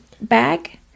bag